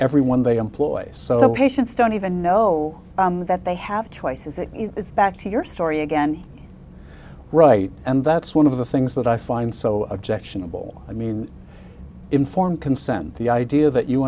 everyone they employ so the patients don't even know that they have twice is it it's back to your story again right and that's one of the things that i find so objectionable i mean informed consent the idea that you